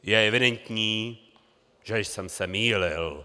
Je evidentní, že jsem se mýlil.